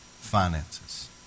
finances